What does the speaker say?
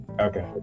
Okay